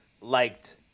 liked